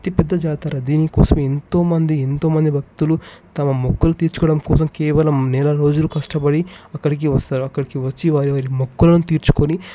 అతిపెద్ద జాతర దీనికోసం ఎంతోమంది ఎంతోమంది భక్తులు తమ మొక్కలు తీర్చుకోవడం కోసం కేవలం నెల రోజులు కష్టపడి అక్కడికి వస్తారు అక్కడికి వచ్చి వారి వారి మొక్కలను తీర్చుకొని